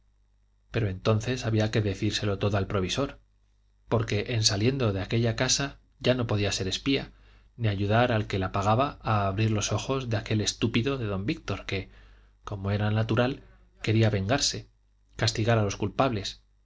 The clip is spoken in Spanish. pero entonces había que decírselo todo al provisor porque en saliendo de aquella casa ya no podía ser espía ni ayudar al que la pagaba a abrir los ojos de aquel estúpido de don víctor que como era natural querría vengarse castigar a los culpables